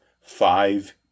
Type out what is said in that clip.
Five